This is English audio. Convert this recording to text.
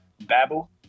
babble